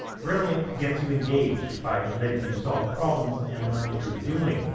brilliant gets you engaged by letting you solve problems and learn through doing,